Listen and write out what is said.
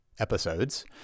Episodes